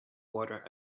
water